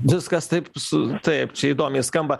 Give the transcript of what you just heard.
viskas taip su taip čia įdomiai skamba